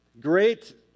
Great